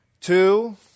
two